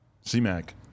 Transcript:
C-Mac